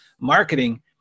marketing